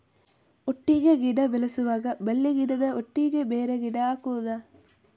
ಒಟ್ಟಿಗೆ ಗಿಡ ಬೆಳೆಸುವಾಗ ಬಳ್ಳಿ ಗಿಡದ ಒಟ್ಟಿಗೆ ಬೇರೆ ಗಿಡ ಹಾಕುದ?